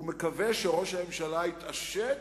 הוא מקווה שראש הממשלה יתעשת.